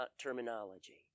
terminology